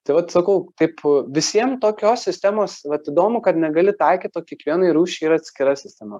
tai vat sakau taip visiem tokios sistemos vat įdomu kad negali taikyt to kiekvienai rūšiai yra atskira sistema